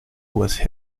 was